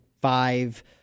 five